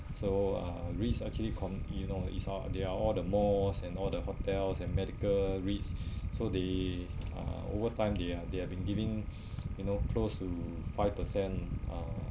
so uh REITs actually com you know it's all they are all the malls and all the hotels and medical REITs so they uh overtime they are they have been giving you know close to five percent uh